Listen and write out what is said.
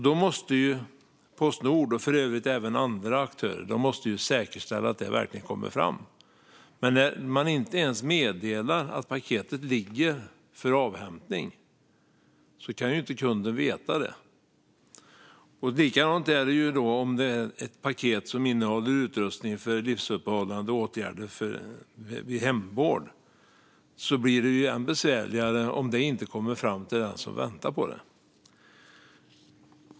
Då måste Postnord, och även andra aktörer, säkerställa att paketet verkligen kommer fram. Men när man inte ens meddelar att paketet ligger för avhämtning kan ju inte kunden veta. Likadant är det för paket som innehåller utrustning för livsuppehållande åtgärder vid hemvård. Då blir det än besvärligare om paketet inte kommer fram till den kund som väntar på det.